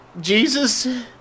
Jesus